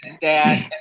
dad